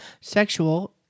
sexual